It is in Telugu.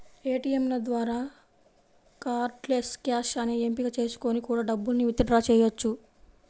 ఏటియంల ద్వారా కార్డ్లెస్ క్యాష్ అనే ఎంపిక చేసుకొని కూడా డబ్బుల్ని విత్ డ్రా చెయ్యొచ్చు